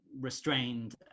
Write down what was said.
restrained